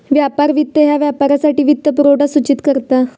व्यापार वित्त ह्या व्यापारासाठी वित्तपुरवठा सूचित करता